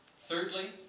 Thirdly